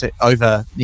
over